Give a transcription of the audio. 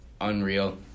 unreal